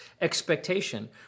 expectation